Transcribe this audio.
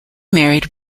married